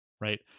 right